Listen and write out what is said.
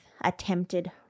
attempted